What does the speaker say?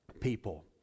people